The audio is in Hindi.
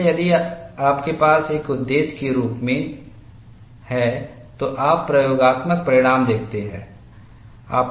इसलिए यदि आपके पास एक उद्देश्य के रूप में है तो आप प्रयोगात्मक परिणाम देखते हैं